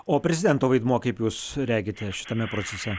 o prezidento vaidmuo kaip jūs regite šitame procese